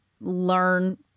learn